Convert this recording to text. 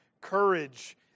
courage